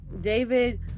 David